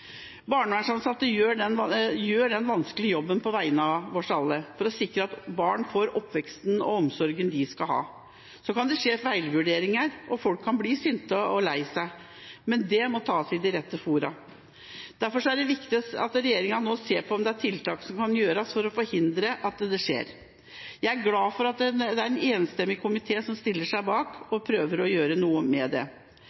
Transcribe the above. Barnevernsansatte gjør denne vanskelige jobben på vegne av oss alle, for å sikre at barn får den oppveksten og omsorgen de skal ha. Så kan det skje feilvurderinger og folk kan bli sinte eller lei seg, men det må tas i rette fora. Derfor er det viktig at regjeringa nå ser på om det er tiltak som kan settes inn for å forhindre at dette skjer. Jeg er glad for at det er en enstemmig komité som stiller seg bak og